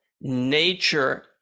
Nature